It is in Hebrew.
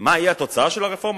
מה תהיה התוצאה של הרפורמה,